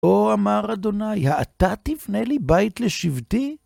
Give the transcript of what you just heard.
כה אמר אדני, האתה תבנה לי בית לשבתי?